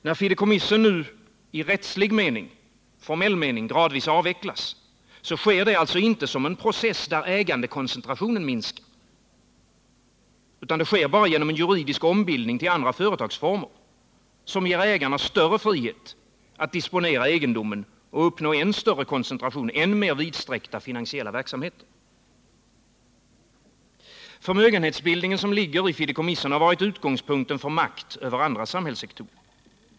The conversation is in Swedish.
När fideikommissen nu i rättslig, formell mening gradvis avvecklas sker det inte som en process, där ägandekoncentrationen minskar. Det sker bara genom en juridisk ombildning till andra företagsformer, som ger ägarna större frihet att disponera egendomen och uppnå än större koncentration, än mer vidsträckta finansiella verksamheter. Förmögenhetsbildningen som ligger i fideikommissen har varit utgångspunkten för makt över andra samhällssektorer.